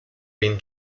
been